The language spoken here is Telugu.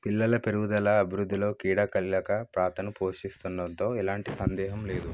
పిల్లల పెరుగుదల అభివృద్ధిలో క్రీడా కీలక ప్రాతను పోషిస్తున్నంతో ఎలాంటి సందేహం లేదు